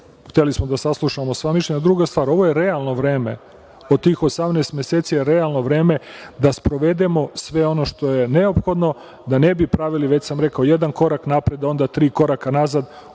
hteli smo da saslušamo sva mišljenja. Druga stvar, tih 18 meseci je realno vreme da sprovedemo sve ono što je neophodno da ne bi pravili, već sam rekao, jedan korak napred a onda tri koraka nazad